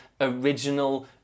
original